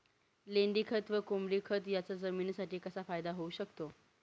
लेंडीखत व कोंबडीखत याचा जमिनीसाठी कसा फायदा होऊ शकतो?